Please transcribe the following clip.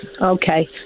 okay